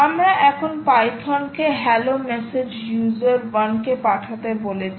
আমরা এখন পাইথনকে হ্যালো মেসেজ ইউজার 1 কে পাঠাতে বলেছি